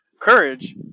courage